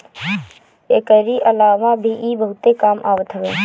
एकरी अलावा भी इ बहुते काम आवत हवे